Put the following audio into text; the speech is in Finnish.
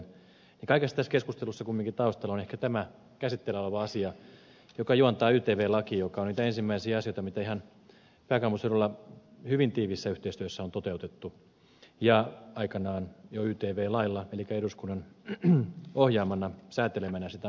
niin kaikessa tässä keskustelussa kumminkin taustalla on ehkä tämä käsitteillä oleva asia joka juontaa ytv lakiin ja joka on niitä ensimmäisiä asioita mitä ihan pääkaupunkiseudulla hyvin tiiviissä yhteistyössä on toteutettu aikanaan jo ytv lailla elikkä eduskunnan ohjaamana säätelemänä toteutettu